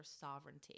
Sovereignty